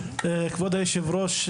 כבוד היושב-ראש,